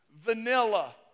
vanilla